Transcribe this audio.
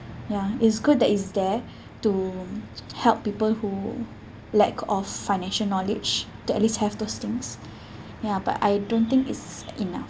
ya it's good that it's there to help people who lack of financial knowledge to at least have those things ya but I don't think it's enough